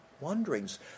wanderings